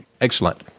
excellent